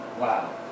wow